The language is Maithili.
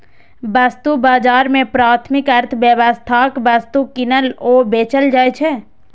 वस्तु बाजार मे प्राथमिक अर्थव्यवस्थाक वस्तु कीनल आ बेचल जाइ छै